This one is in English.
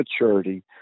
maturity